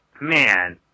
man